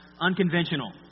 unconventional